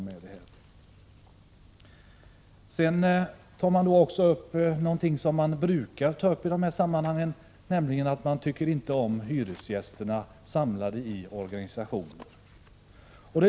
Vidare tar man upp någonting som man brukar ta upp i dessa sammanhang, nämligen att man inte tycker om hyresgästerna samlade i organisationer.